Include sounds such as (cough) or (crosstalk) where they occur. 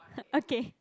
(laughs) okay